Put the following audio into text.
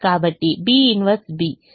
కాబట్టి B 1B